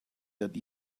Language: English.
that